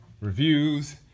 reviews